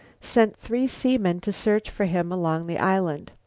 sent three seamen to search for him along the island.